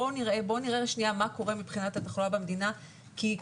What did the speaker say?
בואו נראה שנייה מה קורה מבחינת התחלואה במדינה כי,